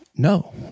No